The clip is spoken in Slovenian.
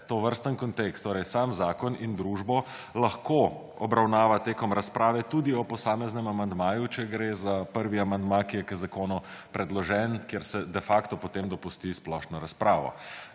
tovrstni kontekst, torej sam zakon in družbo, lahko obravnava tekom razprave tudi ob posameznem amandmaju, če gre za prvi amandma, ki je k zakonu predložen, kjer se de facto potem dopusti splošno razpravo.